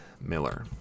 Miller